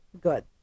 Good